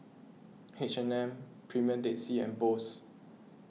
H and M Premier Dead Sea and Bose